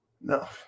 No